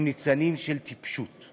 ניצנים של טיפשות.